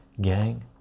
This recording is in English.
Gang